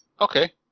Okay